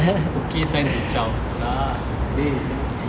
okay sign to zao